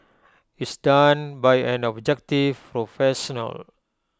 is done by an objective professional